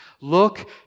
look